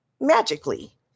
magically